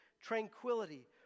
tranquility